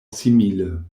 simile